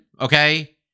okay